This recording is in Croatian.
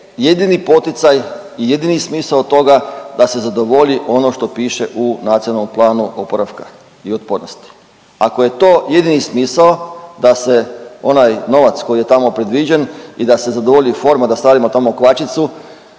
jedini poticaj i jedini smisao toga da se zadovolji ono što piše u NPOO-u. Ako je to jedini smisao da se onaj novac koji je tamo predviđen i da se zadovolji forma da stavimo tamo kvačicu,